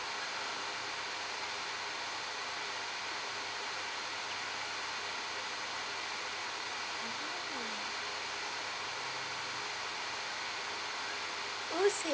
who say